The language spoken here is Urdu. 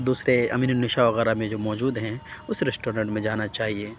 دوسرے امین النساء وغیرہ میں جو موجود ہیں اُس ریسٹورینٹ میں جانا چاہیے